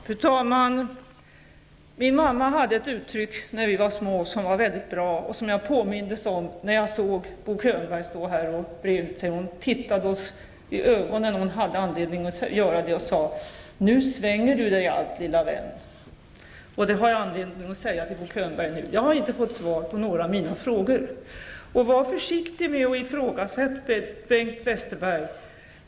Fru talman! Min mamma använde när vi var små ett uttryck som var mycket bra och som jag påmindes om när jag såg Bo Könberg stå här och breda ut sig. Hon tittade oss i ögonen när hon hade anledning att göra det och sade: Nu svänger du dig allt, lilla vän. Det har jag anledning att säga till Bo Jag har inte fått svar på några av mina frågor. Var vidare försiktig med att ifrågasätta Bengt Westerberg!